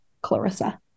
Clarissa